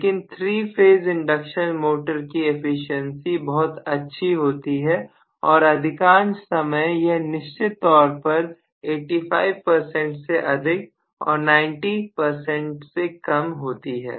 लेकिन 3 phase induction motor की efficiency बहुत अच्छी होती है और अधिकांश समय यह निश्चित तौर पर 85 परसेंट से अधिक और 90 परसेंट से कम पर होती है